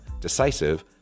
decisive